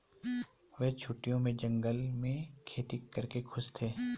वे छुट्टियों में जंगल में खेती करके खुश थे